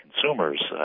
consumers